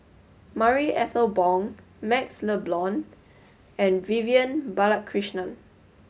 Marie Ethel Bong MaxLe Blond and Vivian Balakrishnan